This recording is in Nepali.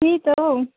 त्यही त हौ